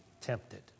tempted